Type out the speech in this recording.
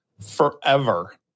Forever